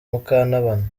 mukantabana